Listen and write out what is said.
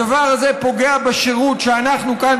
הדבר הזה פוגע בשירות שאנחנו כאן,